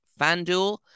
FanDuel